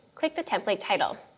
click the template title.